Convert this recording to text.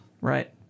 Right